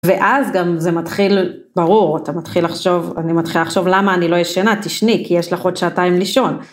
ואז גם זה מתחיל ברור, אתה מתחיל לחשוב, אני מתחילה לחשוב למה אני לא ישנה, תשני כי יש לך עוד שעתיים לישון.